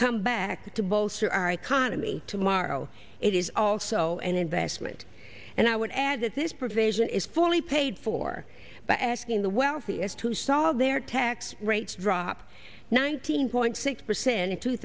come back to bolster our economy tomorrow it is also an investment and i would add that this provision is fully paid for by asking the wealthiest to solve their tax rates dropped nineteen point six percent